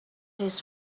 his